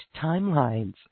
timelines